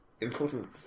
important